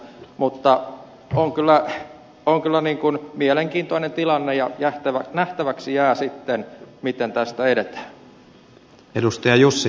mutta on kyllä mielenkiintoinen tilanne ja nähtäväksi jää sitten miten tästä edetään